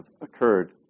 occurred